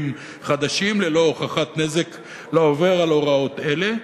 חדשים ללא הוכחת נזק לעובר על הוראות אלה,